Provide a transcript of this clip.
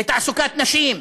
לתעסוקת נשים,